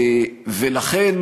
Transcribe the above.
ולכן,